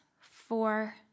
four